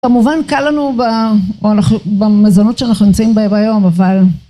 כמובן קל לנו במזונות שאנחנו נמצאים בהם היום אבל